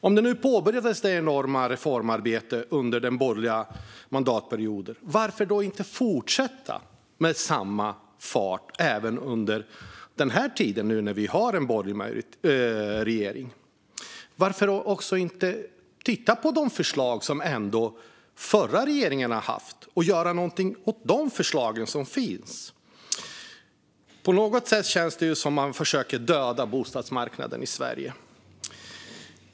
Om det nu påbörjades ett enormt reformarbete under den borgerliga mandatperioden - varför då inte fortsätta med samma fart även nu, när vi har en borgerlig regering? Och varför inte titta på de förslag som den förra regeringen hade och göra något åt de förslag som finns? På något sätt känns det som att man försöker döda bostadsmarknaden i Sverige.